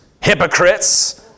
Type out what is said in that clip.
hypocrites